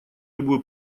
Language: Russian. любую